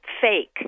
fake